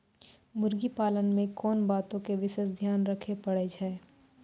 मुर्गी पालन मे कोंन बातो के विशेष ध्यान रखे पड़ै छै?